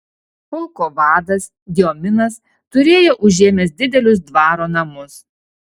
pulko vadas diominas turėjo užėmęs didelius dvaro namus